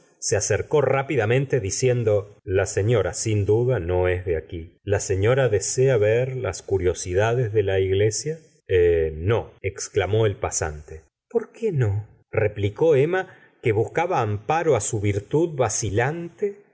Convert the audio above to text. se acercó rápidamente diciendo la señora sin duda no es de aqui la señora desea ver las curiosidades de la iglesia eh no exclamó el pasante por qué no replicó emma que buscaba amparo á su virtud vacilante